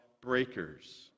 breakers